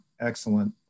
excellent